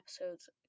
episodes